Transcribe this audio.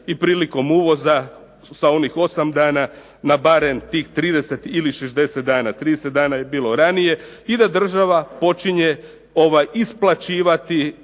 i prilikom uvoza sa onih 8 dana na barem tih 30 ili 60 dana. 30 dana bi bilo ranije i da država počne isplaćivati